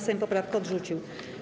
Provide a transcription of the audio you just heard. Sejm poprawkę odrzucił.